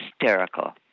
hysterical